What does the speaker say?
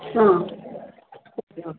ಹಾಂ okay okay